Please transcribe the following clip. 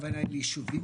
הכוונה ליישובים